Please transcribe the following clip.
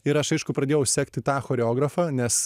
ir aš aišku pradėjau sekti tą choreografą nes